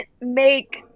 make